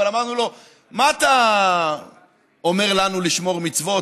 אבל אמרנו לו: מה אתה אומר לנו לשמור מצוות?